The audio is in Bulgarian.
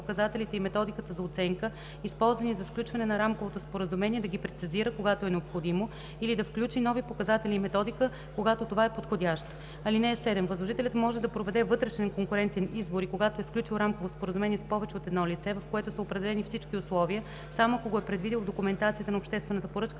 и методиката за оценка, използвани за сключване на рамковото споразумение, да ги прецизира, когато е необходимо, или да включи нови показатели и методика, когато това е подходящо. (7) Възложителят може да проведе вътрешен конкурентен избор и когато е сключил рамково споразумение с повече от едно лице, в което са определени всички условия, само ако го е предвидил в документацията на обществената поръчка